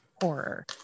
horror